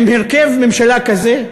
עם הרכב ממשלה כזה,